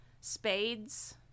spades